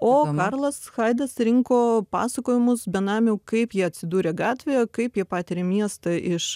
o karlas haidas rinko pasakojimus benamių kaip jie atsidūrė gatvėje kaip jie patiria miestą iš